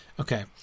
Okay